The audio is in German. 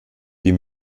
die